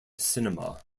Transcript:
cinema